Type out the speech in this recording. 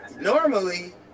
Normally